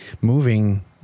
moving